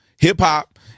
hip-hop